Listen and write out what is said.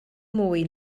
mwy